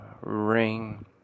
ring